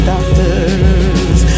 Doctors